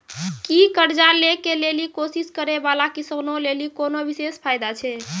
कि कर्जा लै के लेली कोशिश करै बाला किसानो लेली कोनो विशेष फायदा छै?